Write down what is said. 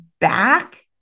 back